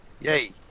Yay